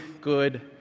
good